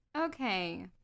Okay